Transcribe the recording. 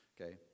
okay